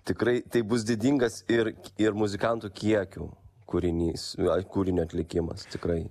tikrai tai bus didingas ir ir muzikantų kiekių kūrinys kūrinio atlikimas tikrai